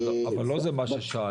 אבל לא זה מה ששאלתי.